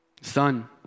Son